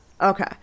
Okay